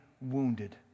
wounded